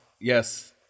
Yes